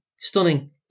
stunning